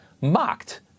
mocked